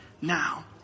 now